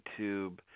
YouTube